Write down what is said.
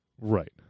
Right